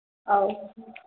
ꯑꯧ